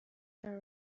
are